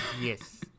Yes